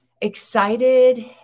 excited